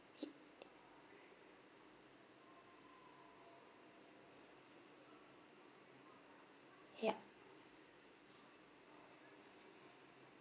yup